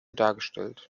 dargestellt